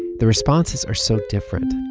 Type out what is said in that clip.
the responses are so different.